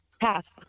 Pass